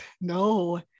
no